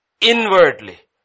inwardly